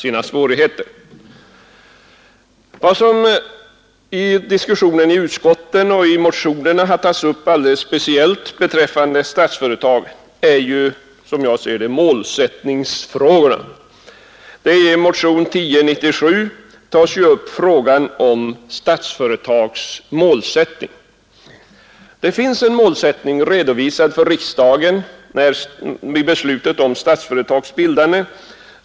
I utskottsdiskussionen och i motionerna har speciellt målsättningsfrågorna beträffande Statsföretag tagits upp. I motionen 1097 behandlas just frågan om Statsföretags målsättning. En målsättning redovisades för riksdagen vid beslutet om Statsföretags bildande.